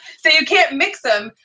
so you can't mix em.